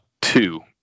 two